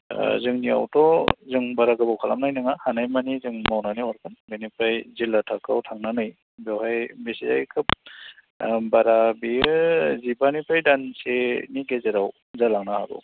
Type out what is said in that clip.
जोंनियावथ' जों बारा गोबाव खालामनाय नङा हानाय मानि जों मावनानै हरगोन बेनिफ्राय जिल्ला थाखोआव थांनानै बेवहाय बिसोर खोब बारा बेयो जिबानिफ्राय दानसेनि गेजेराव जालांनो हागौ